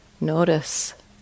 notice